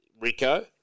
Rico